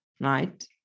right